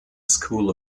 school